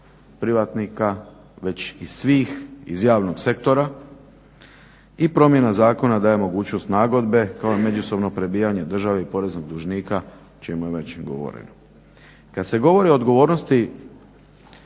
privatnika već i svih iz javnog sektora. I promjena zakona daje mogućnost nagodbe kao međusobno prebijanje države i poreznog dužnika o čemu je već govoreno. Kad se govori o odgovornosti